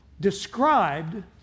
described